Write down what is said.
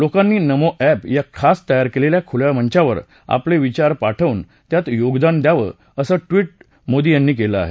लोकांनी नमो अॅप या खास तयार केलेल्या खुल्या मंचावर आपले विचार पाठवून त्यात योगदान द्यावं असं ट्विट मोदी यांनी केलं आहे